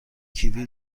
کیوی